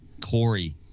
Corey